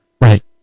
Right